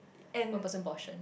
one person portion